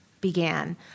began